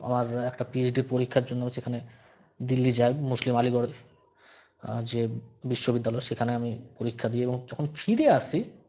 আমার একটা পিএইচডি পরীক্ষার জন্য সেখানে দিল্লি যাই মুসলিম আলিগড় যে বিশ্ববিদ্যালয় সেখানে আমি পরীক্ষা দিই এবং যখন ফিরে আসি